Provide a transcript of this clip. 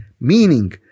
meaning